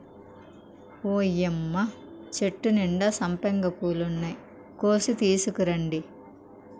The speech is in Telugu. ఓయ్యమ్మ చెట్టు నిండా సంపెంగ పూలున్నాయి, కోసి తీసుకురండి